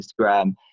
instagram